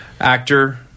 Actor